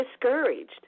discouraged